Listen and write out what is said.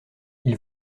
ils